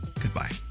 goodbye